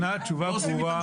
ניתנה תשובה ברורה,